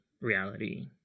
reality